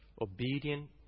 Obedient